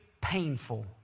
painful